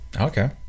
okay